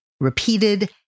repeated